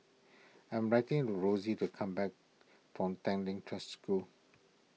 I am writing for Rossie to come back from Tanglin Trust School